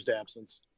absence